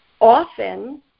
often